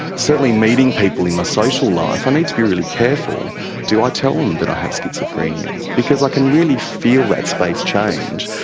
certainly meeting people in my social life i need to be really careful do i tell them that i have schizophrenia? because i can really feel that space change.